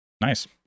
Nice